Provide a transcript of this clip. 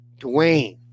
Dwayne